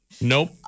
Nope